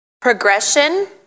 Progression